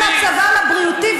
למצבם הבריאותי,